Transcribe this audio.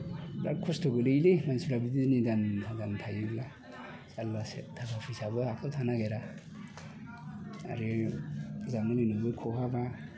बिराद खस्थ' गोग्लैयोलै मानसिफ्रा बिदि निदान जानानै थायोब्ला जाल्लासो थाखा फैसायाबो आखायाव थानो नागेरा आरो जानो लोंनोबो खहाबा